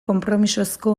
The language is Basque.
konpromisozko